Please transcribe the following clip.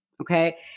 Okay